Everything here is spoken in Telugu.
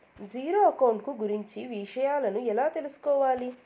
జీరో అకౌంట్ కు గురించి విషయాలను ఎలా తెలుసుకోవాలి?